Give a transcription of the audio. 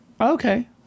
Okay